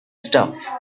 stuff